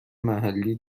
محلی